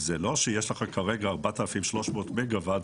זה לא שיש לך כרגע 4,300 מגה-וואט,